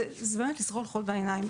זה באמת לזרות חול בעיניים.